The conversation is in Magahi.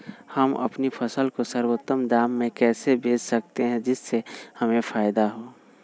हम अपनी फसल को सर्वोत्तम दाम में कैसे बेच सकते हैं जिससे हमें फायदा हो?